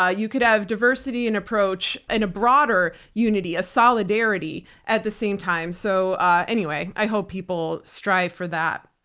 ah you could have diversity and approach in a broader unity, a solidarity at the same time. so ah anyway, i hope people strive for that.